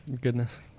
goodness